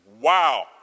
Wow